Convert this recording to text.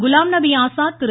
Ghulam Nabi Azad Thiru